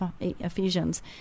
Ephesians